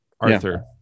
Arthur